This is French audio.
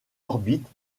orbite